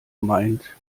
meint